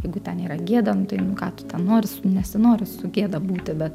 jeigu ten yra gėda nu tai nu ką tu ten noris nesinori su gėda būti bet